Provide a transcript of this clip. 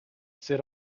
set